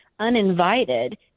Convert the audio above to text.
Uninvited